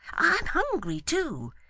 i am hungry too,